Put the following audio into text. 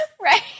Right